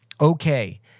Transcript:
okay